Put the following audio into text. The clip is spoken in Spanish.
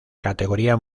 categoría